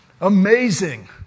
Amazing